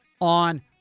on